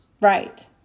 Right